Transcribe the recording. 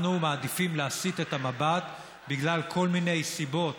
אנחנו מעדיפים להסיט את המבט, בגלל כל מיני סיבות